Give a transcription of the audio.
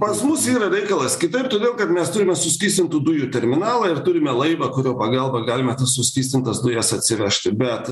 pas mus yra reikalas kitaip todėl kad mes turime suskystintų dujų terminalą ir turime laivą kurio pagalba galime tas suskystintas dujas atsivežti bet